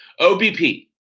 OBP